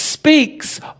Speaks